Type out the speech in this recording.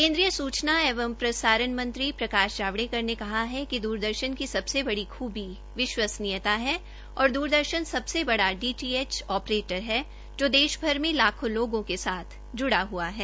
केन्द्रीय सुचना एवं प्रसारण मंत्री प्रकाश जावडेकर ने कहा है कि द्रदर्शन की सबसे बडी खुबी उसकी विश्वसनीयता है औश्र द्रदर्शन सबसे बड़ा डीटीएच ऑपरेटर है जो देश भर में लाखों लोगों के साथ जुड़ा हआ है